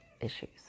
issues